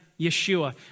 Yeshua